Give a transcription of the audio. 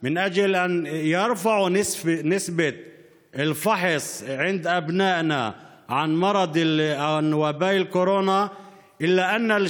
להרחיב את מספר הבדיקות למחלת או מגפת הקורונה בקרב בנינו,